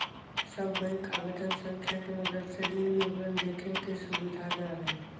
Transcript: सब बैंक आवेदन संख्या के मदद से ऋण विवरण देखे के सुविधा दे हइ